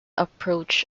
approach